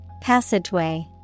Passageway